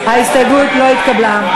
ההסתייגות לא התקבלה.